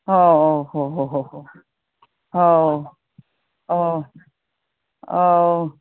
ꯑꯧ ꯑꯧ ꯍꯣꯏ ꯍꯣꯏ ꯍꯣꯏ ꯍꯣꯏ ꯑꯧ ꯑꯧ ꯑꯧ